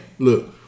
Look